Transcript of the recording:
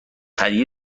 هدیه